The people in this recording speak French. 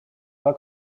pas